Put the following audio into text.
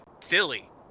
Philly